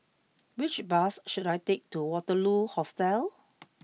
which bus should I take to Waterloo Hostel